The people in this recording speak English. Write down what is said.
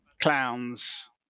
clowns